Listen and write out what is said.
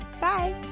Bye